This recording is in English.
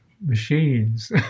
machines